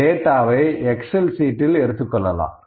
டேட்டாவை எக்ஸெல் சீட்டில் எடுத்துக்கொள்ளலாம்